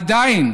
עדיין